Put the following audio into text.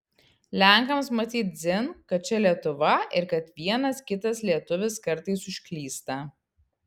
lenkams matyt dzin kad čia lietuva ir kad vienas kitas lietuvis kartais užklysta